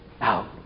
out